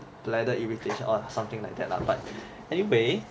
bladder irritation or something like that lah but anyway